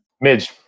Midge